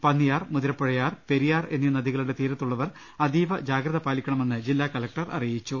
പന്നിയാർ മുതിരപ്പുഴയാർ പെരിയാർ എന്നീ നദികളുടെ തീരത്തുളളവർ അതീവ ജാഗ്രത പാലിക്കണ്മെന്ന് ഇടുക്കി ജില്ലാ കലക്ടർ അറിയിച്ചു